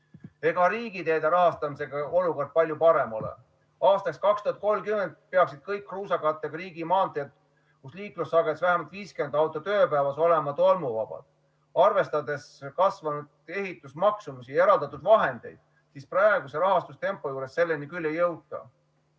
Ega riigiteede rahastamise olukord palju parem ole. Aastaks 2030 peaksid kõik kruusakattega riigimaanteed, kus liiklussagedus on vähemalt 50 autot ööpäevas, olema tolmuvabad. Arvestades kasvanud ehitusmaksumusi ja eraldatud vahendeid, praeguse rahastamistempo juures selleni küll ei jõuta.